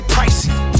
Pricey